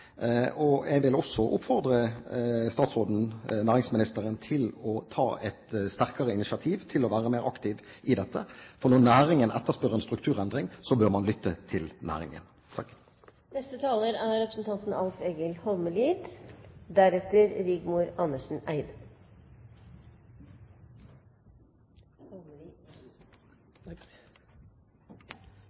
Jeg vil også oppfordre næringsministeren til å ta et sterkere initiativ til å være mer aktiv i dette, for når næringen etterspør en strukturendring, bør man lytte til næringen.